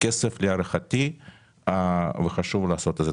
כסף וחשוב מאוד לעשות את זה.